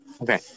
Okay